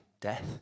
death